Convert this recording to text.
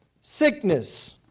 sickness